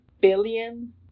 billion